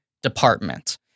department